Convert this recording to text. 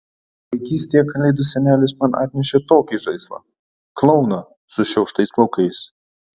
vaikystėje kalėdų senelis man atnešė tokį žaislą klouną sušiauštais plaukais